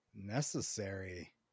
Necessary